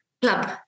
Club